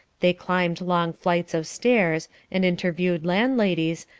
they climbed long flights of stairs, and interviewed landladies,